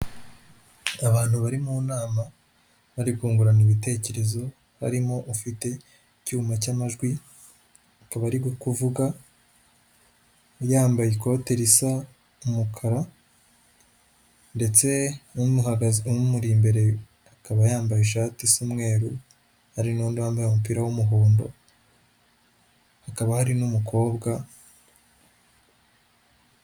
Abantu bari mu nama bari kungurana ibitekerezo harimo ufite icyuma cy'amajwi akaba arimo kuvuga yambaye ikote risa umukara ndetse n'umuhagaze n'umuri imbere akaba yambaye ishati y'umweru hari n'undi wambaye umupira w'umuhondo hakaba hari n'umukobwa.